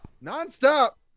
Non-stop